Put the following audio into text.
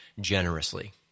generously